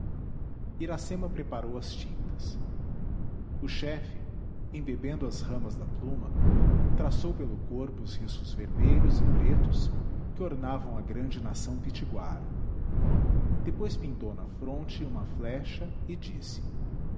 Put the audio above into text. iracema preparou as tintas o chefe embebendo as ramas da pluma traçou pelo corpo os riscos vermelhos e pretos que ornavam a grande nação pitiguara depois pintou na fronte uma flecha e disse